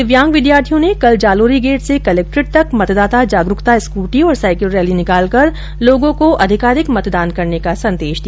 इधर दिव्यांग विद्यार्थियों ने कल जालोरी गेट से कलक्ट्रेट तक मतदाता जागरुकता स्कूटी और साइकिल रैली निकालकर लोगों को अधिकाधिक मतदान करने का संदेश दिया